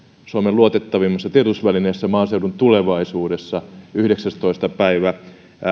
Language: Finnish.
suomen luotettavimmassa tiedostusvälineessä maaseudun tulevaisuudessa yhdeksästoista päivä